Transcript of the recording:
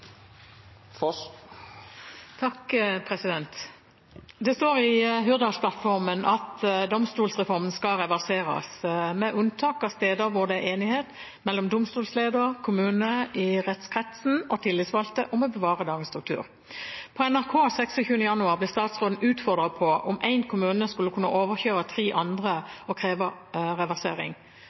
står i Hurdalsplattformen at domstolsreformen skal reverseres, med unntak av steder hvor det er enighet mellom domstolsleder, kommunene i rettskretsen og tillitsvalgte om å bevare dagens struktur. På NRK 26. januar ble statsråden utfordret på om én kommune skal kunne overkjøre tre andre kommuner og kreve reversering.